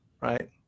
right